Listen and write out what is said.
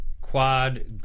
Quad